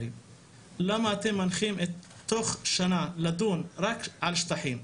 למה אתם מנחים תוך שנה לדון רק על שטחים.